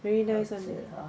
very nice [one] leh